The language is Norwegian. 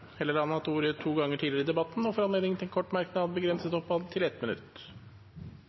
har hatt ordet to ganger tidligere i debatten og får ordet til en kort merknad, begrenset til 1 minutt.